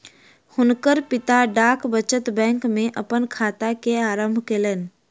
हुनकर पिता डाक बचत बैंक में अपन खाता के आरम्भ कयलैन